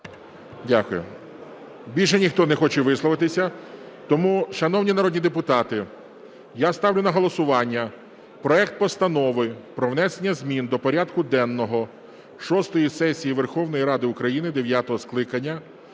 Дякую. Більше ніхто не хоче висловитися. Тому, шановні народні депутати, я ставлю на голосування проект Постанови про внесення змін до порядку денного шостої сесії Верховної Ради України дев'ятого скликання